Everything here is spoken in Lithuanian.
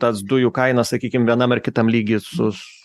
tas dujų kaina sakykime vienam ar kitam lygyje su